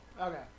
Okay